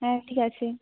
হ্যাঁ ঠিক আছে